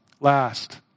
Last